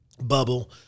bubble